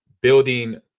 building